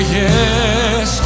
yes